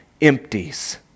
empties